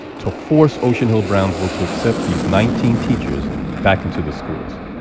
to force ocean hill-brownsville to accept these nineteen teachers back into the schools.